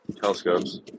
telescopes